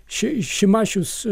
ši šimašius